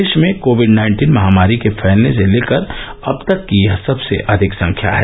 देश में covid nineteen महामारी के फैलने से लेकर अब तक की यह सबसे अधिक संख्या है